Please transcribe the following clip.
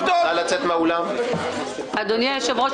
נא לצאת מהדיון אדוני היושב-ראש,